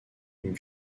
une